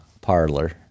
parlor